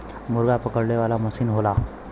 मुरगा पकड़े वाला मसीन होला